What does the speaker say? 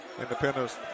Independence